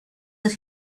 that